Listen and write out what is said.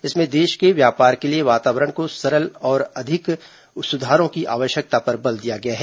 इसमें देश में व्यापार के लिए वातावरण को सरल बनाने और अधिक सुधारों की आवश्यकता पर बल दिया गया है